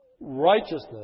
righteousness